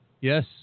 Yes